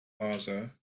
plaza